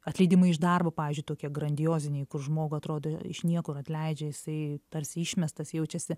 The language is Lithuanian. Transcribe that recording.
atleidimai iš darbo pavyzdžiui tokie grandioziniai kur žmogui atrodo iš niekur atleidžia jisai tarsi išmestas jaučiasi